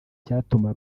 cyatuma